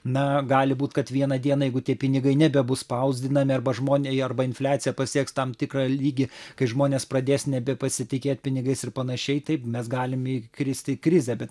na gali būt kad vieną dieną jeigu tie pinigai nebebus spausdinami arba žmonija arba infliacija pasieks tam tikrą lygį kai žmonės pradės nebepasitikėti pinigais ir panašiai taip mes galim įkrist į krizę bet